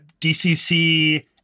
DCC